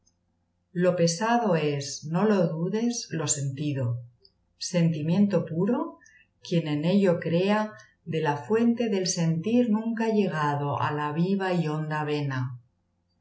lo pensado es no lo dudes lo sentido sentimiento puro quien en ello croa de la fuente del sentir nunca ha llegado á la viva y honda vena